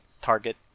target